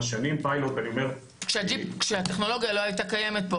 שנים --- כשהטכנולוגיה לא הייתה קיימת פה.